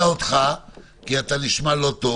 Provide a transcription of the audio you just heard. כי אתה נשמע לא טוב,